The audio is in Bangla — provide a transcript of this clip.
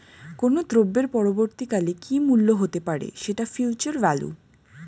কোনো দ্রব্যের পরবর্তী কালে কি মূল্য হতে পারে, সেটা ফিউচার ভ্যালু